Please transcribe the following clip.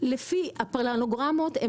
לפי הפלנוגרמות,